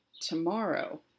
tomorrow